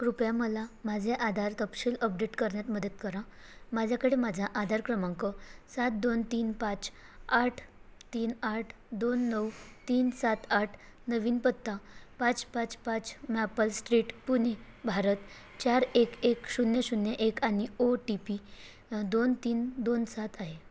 कृपया मला माझे आधार तपशील अपडेट करण्यात मदत करा माझ्याकडे माझा आधार क्रमांक सात दोन तीन पाच आठ तीन आठ दोन नऊ तीन सात आठ नवीन पत्ता पाच पाच पाच मॅपल स्ट्रीट पुणे भारत चार एक एक शून्य शून्य एक आणि ओ टी पी दोन तीन दोन सात आहे